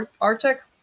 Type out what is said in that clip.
arctic